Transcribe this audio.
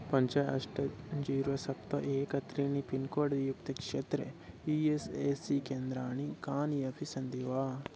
पञ्च अष्ट जीरो सप्त एकं त्रीणि पिन्कोड्युक्ते क्षेत्रे ई एस् ए सी केन्द्राणि कानि अपि सन्ति वा